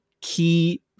key